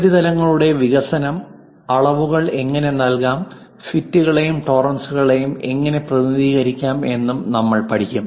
ഉപരിതലങ്ങളുടെ വികസനം അളവുകൾ എങ്ങനെ നൽകാം ഫിറ്റുകളെയും ടോളറൻസ്കളെയും എങ്ങനെ പ്രതിനിധീകരിക്കാം എന്നും നമ്മൾ പഠിക്കും